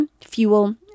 fuel